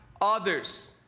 others